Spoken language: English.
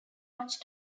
much